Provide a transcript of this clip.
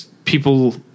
people